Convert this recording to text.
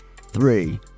three